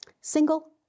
Single